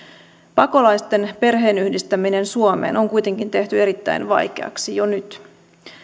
pakolaisten perheenyhdistäminen suomeen on kuitenkin tehty erittäin vaikeaksi jo nyt